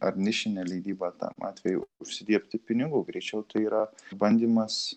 ar nišinę leidybą tam atvejui užsidirbti pinigų greičiau tai yra išbandymas